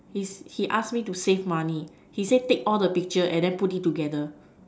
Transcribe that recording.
he ask me to save money he say take all the picture and then put it together